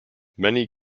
many